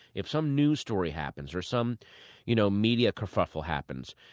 if some news story happens or some you know media kerfuffle happens,